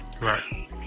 right